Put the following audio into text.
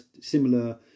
similar